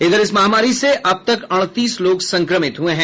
इधर इस महामारी से अब तक अड़तीस लोग संक्रमित हुए हैं